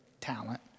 talent